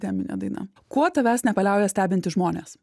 teminė daina kuo tavęs nepaliauja stebinti žmonės